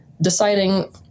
deciding